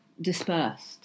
dispersed